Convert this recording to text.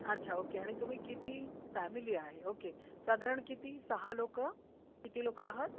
अच्छा ओके आणि तुम्ही किती फॅमिली आहे ओके साधारण किती सहा लोकं किती लोकं आहात